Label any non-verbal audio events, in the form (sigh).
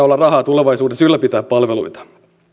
(unintelligible) olla rahaa tulevaisuudessa ylläpitää palveluita